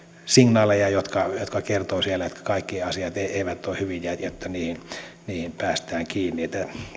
signaaleja jotka kertovat että kaikki asiat siellä eivät ole hyvin jotta niihin niihin päästään kiinni